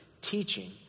teaching